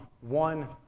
one